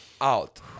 Out